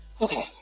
Okay